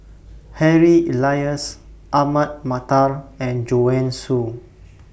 Harry Elias Ahmad Mattar and Joanne Soo